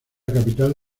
capital